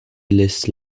lez